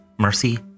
mercy